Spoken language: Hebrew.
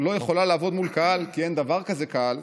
יכולה לעבוד מול קהל, כי אין דבר כזה 'קהל',